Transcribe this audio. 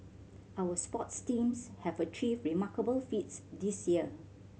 our sports teams have achieved remarkable feats this year